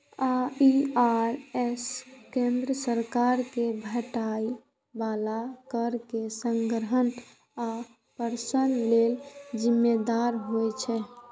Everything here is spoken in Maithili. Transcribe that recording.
आई.आर.एस केंद्र सरकार कें भेटै बला कर के संग्रहण आ प्रशासन लेल जिम्मेदार होइ छै